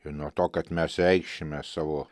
ir nuo to kad mes reikšime savo